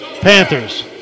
Panthers